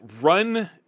run